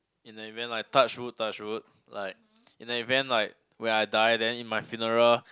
in the event like touchwood touchwood like in the event like when I die then in my funeral